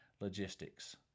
logistics